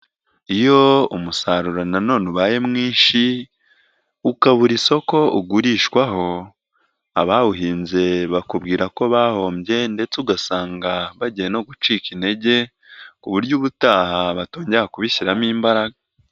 Iyo umusaruro nanone ubaye mwinshi ukabura isoko ugurishwaho, abawuhinze bakubwira ko bahombye ndetse ugasanga bagiye no gucika intege, ku buryo ubutaha batongera kubishyiramo imbaraga.